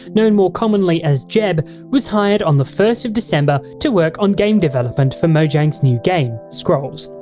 known more commonly as jeb, was hired on the first of december to work on game development for mojang's new game, scrolls,